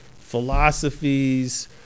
philosophies